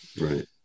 Right